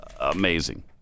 amazing